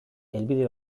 helbide